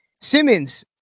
Simmons